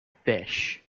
fish